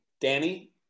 Danny